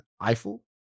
Eiffel